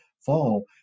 fall